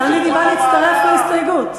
הצעה נדיבה להצטרף להסתייגות.